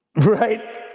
right